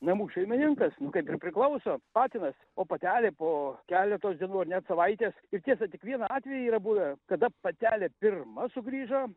namų šeimininkas nu kaip ir priklauso patinas o patelė po keletos dienų ar net savaitės ir tiesa tik vieną atvejį yra buvę kada patelė pirma sugrįžo